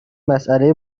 مسئله